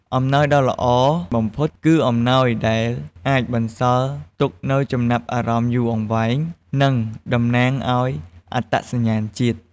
អំណោយដ៏ល្អបំផុត គឺអំណោយដែលអាចបន្សល់ទុកនូវចំណាប់អារម្មណ៍យូរអង្វែង និងតំណាងឱ្យអត្តសញ្ញាណជាតិ។